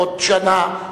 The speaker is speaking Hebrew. עוד שנה,